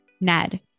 Ned